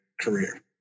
career